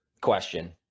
question